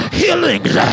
healings